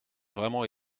vraiment